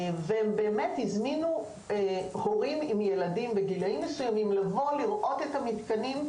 הם הזמינו הורים עם ילדים בגילאים מסוימים כדי לבוא ולראות את המתקנים,